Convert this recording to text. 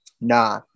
Nah